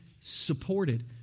supported